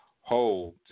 Hold